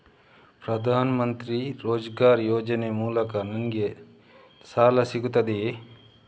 ಪ್ರದಾನ್ ಮಂತ್ರಿ ರೋಜ್ಗರ್ ಯೋಜನೆ ಮೂಲಕ ನನ್ಗೆ ಸಾಲ ಸಿಗುತ್ತದೆಯೇ?